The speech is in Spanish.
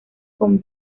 con